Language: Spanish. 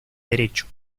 derecho